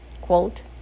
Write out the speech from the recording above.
quote